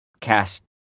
cast